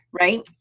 right